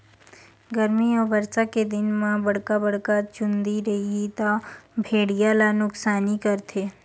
गरमी अउ बरसा के दिन म बड़का बड़का चूंदी रइही त भेड़िया ल नुकसानी करथे